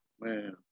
Man